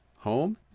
Home